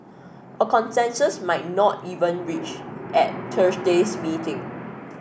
a consensus might not even reached at Thursday's meeting